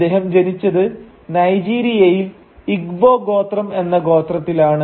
അദ്ദേഹം ജനിച്ചത് നൈജീരിയയിൽ ഇഗ്ബോ ഗോത്രം എന്ന ഗോത്രത്തിലാണ്